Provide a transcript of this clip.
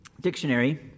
dictionary